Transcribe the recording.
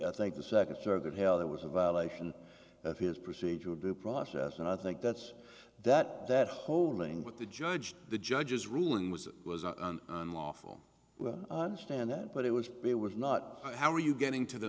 i think the second circuit held there was a violation of his procedural due process and i think that's that that holding with the judge the judge's ruling was unlawful understand that but it was it was not how are you getting to the